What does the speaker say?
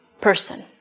person